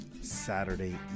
Saturday